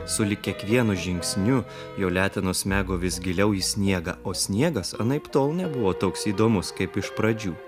sulig kiekvienu žingsniu jo letenos smego vis giliau į sniegą o sniegas anaiptol nebuvo toks įdomus kaip iš pradžių